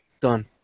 Done